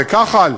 זה כחל.